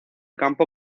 campo